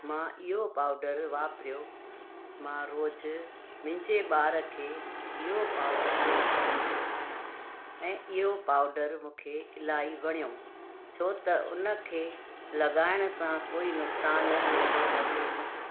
मां इहो पाउडर वापिरियो मां रोज़ु मुंहिंजे ॿार खे इहो पाउडर लॻाईंदी आहियां ऐं इहो पाउडर मूंखे इलाही वणियो छो त उन खे लॻाइण सां कोई नुक़सान जहिड़ो लॻे नथो